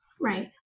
Right